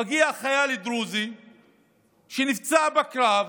מגיע חייל דרוזי שנפצע בקרב